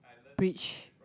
bridge